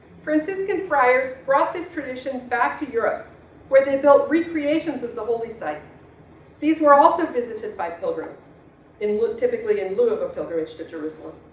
franciscan friars brought this tradition back to europe where they built recreations of the holy sites these were also visited by pilgrims and typically in lieu of a pilgrimage to jerusalem.